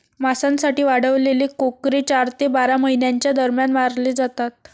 मांसासाठी वाढवलेले कोकरे चार ते बारा महिन्यांच्या दरम्यान मारले जातात